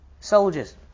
Soldiers